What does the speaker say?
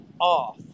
off